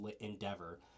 endeavor